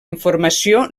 informació